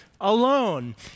alone